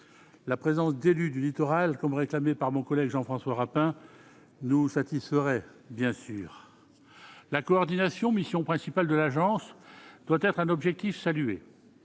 la présence d'élus du littoral, comme réclamé par mon collègue Jean-François Rapin nous satisferait, bien sûr, la coordination mission principale de l'agence doit être un objectif saluer